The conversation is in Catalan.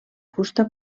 fusta